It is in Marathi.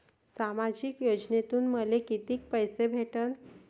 सामाजिक योजनेतून मले कितीक पैसे भेटन?